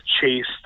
chased